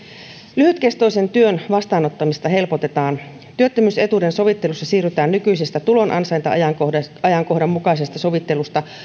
lyhytkestoisen työn vastaanottamista helpotetaan työttömyysetuuden sovittelussa siirrytään nykyisestä tulon ansainta ajankohdan ajankohdan mukaisesta sovittelusta